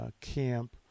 camp